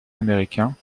américain